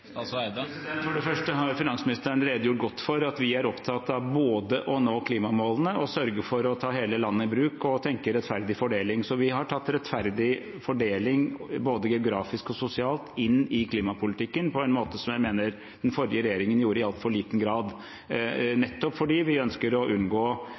For det første har finansministeren redegjort godt for at vi er opptatt av både å nå klimamålene og å sørge for å ta hele landet i bruk og tenke rettferdig fordeling. Vi har tatt rettferdig fordeling, både geografisk og sosialt, inn i klimapolitikken på en måte jeg mener den forrige regjeringen gjorde i altfor liten grad, nettopp fordi vi ønsker å unngå